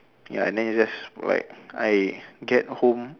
ya and then it's just like I get home